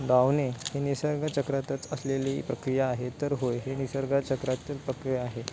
धावने हे निसर्गचक्रातच असलेली प्रक्रिया आहे तर होय हे निसर्गचक्रातील प्रक्रिया आहे